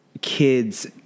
kids